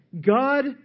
God